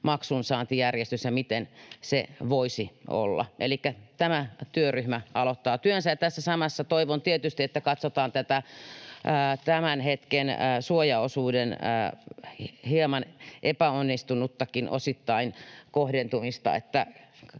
maksuunsaantijärjestys ja miten se voisi olla. Elikkä tämä työryhmä aloittaa työnsä. Ja tässä samassa toivon tietysti, että katsotaan tätä tämän hetken suojaosuuden osittain hieman epäonnistunuttakin kohdentumista.